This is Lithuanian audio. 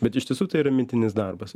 bet iš tiesų tai yra mintinis darbas